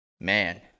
Man